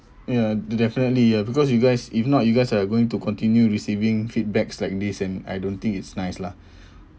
ya d~ definitely ya because you guys if not you guys are going to continue receiving feedbacks like these and I don't think it's nice lah